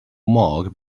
mark